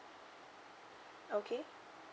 okay